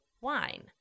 wine